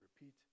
repeat